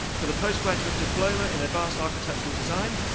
for the postgraduate diploma in advanced architectural design,